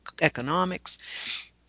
economics